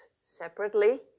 separately